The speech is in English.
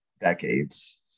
decades